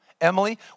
Emily